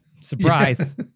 Surprise